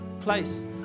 place